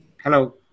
hello